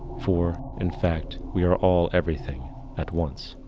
for in fact, we are all everything at once.